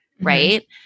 right